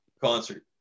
concert